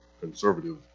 conservative